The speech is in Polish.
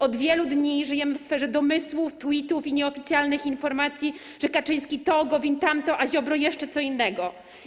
Od wielu dni żyjemy w sferze domysłów, tweetów i nieoficjalnych informacji, że Kaczyński to, Gowin tamto, a Ziobro jeszcze co innego.